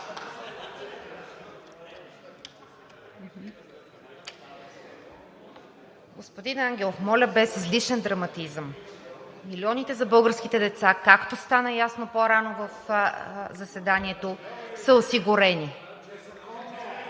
Господин Ангелов, моля без излишен драматизъм. Милионите за българските деца, както стана ясно по-рано в заседанието, са осигурени.